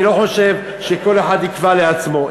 אני לא חושב שכל אחד יקבע לעצמו.